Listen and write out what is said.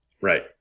Right